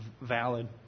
valid